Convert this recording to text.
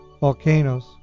volcanoes